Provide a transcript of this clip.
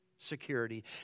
security